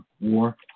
war